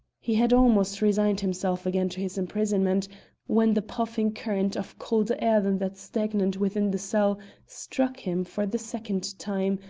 he had almost resigned himself again to his imprisonment when the puffing current of colder air than that stagnant within the cell struck him for the second time,